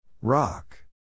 Rock